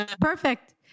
Perfect